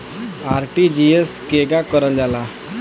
RTGS केगा करलऽ जाला?